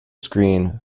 screen